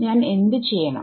ഞാൻ എന്ത് ചെയ്യണം